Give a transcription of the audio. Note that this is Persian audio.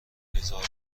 بزار